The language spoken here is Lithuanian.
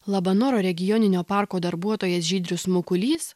labanoro regioninio parko darbuotojas žydrius mukulys